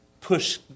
push